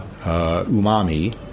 umami